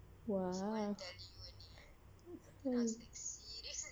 !wah!